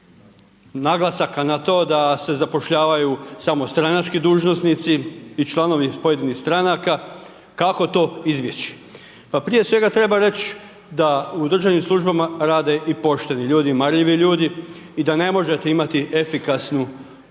naglasaka na to da se zapošljavaju samo stranački dužnosnici i članovi pojedinih stranaka, kako to izbjeći? Pa prije svega treba reći da u državnim službama rade i pošteni ljudi i marljivi ljudi i da ne možete imati efikasnu